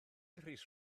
rhys